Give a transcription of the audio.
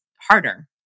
harder